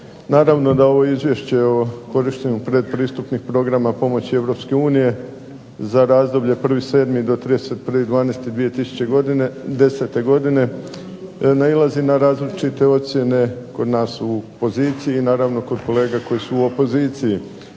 Naravno da ovo Izvješće o korištenju pretpristupnih programa pomoći Europske unije za razdoblje 1.7. do 31.12.2010. godine nailazi na različite ocjene kod nas u poziciji, naravno kod kolega koji su u opoziciji,